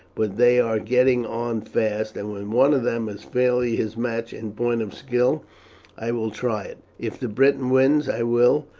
but they are getting on fast, and when one of them is fairly his match in point of skill i will try it. if the briton wins, i will,